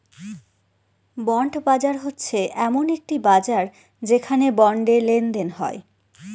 bond বাজার হচ্ছে এমন একটি বাজার যেখানে বন্ডে লেনদেন হয়